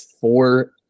four